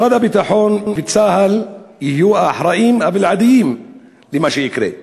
משרד הביטחון וצה"ל יהיו האחראים הבלעדיים למה שיקרה.